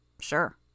Sure